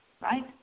right